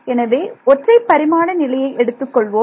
எனவே ஒற்றை பரிமாண நிலையை எடுத்துக் கொள்வோம்